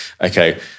okay